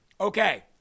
Okay